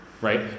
Right